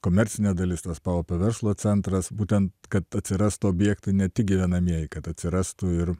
komercinė dalis tas paupio verslo centras būtent kad atsirastų objektai ne tik gyvenamieji kad atsirastų ir